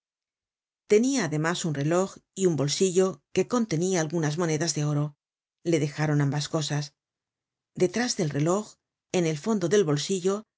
tenia además un reloj y un bolsillo que contenia algunas monedas de oro le dejaron ambas cosas detrás del reloj en el fondo del bolsillo